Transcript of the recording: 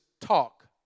talk